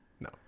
No